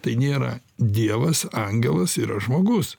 tai nėra dievas angelas yra žmogus